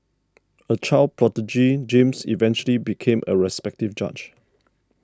a child prodigy James eventually became a respected judge